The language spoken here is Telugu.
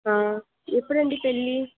ఎప్పుడు అండి పెళ్ళి